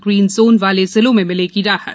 green zone वाले जिलों में मिलेगी राहत